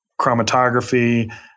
chromatography